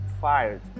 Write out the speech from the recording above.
fired